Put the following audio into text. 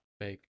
fake